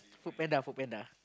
FoodPanda FoodPanda